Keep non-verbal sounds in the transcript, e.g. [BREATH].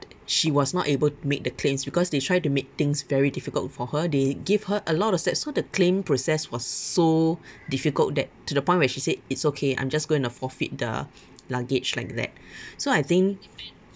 she was not able to make the claims because they try to make things very difficult for her they give her a lot of steps so the claim process was so difficult that to the point where she said it's okay I'm just going to forfeit the luggage like that [BREATH] so I think